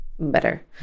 better